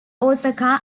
osaka